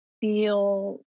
feel